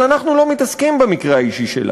אבל אנחנו לא מתעסקים במקרה האישי שלה,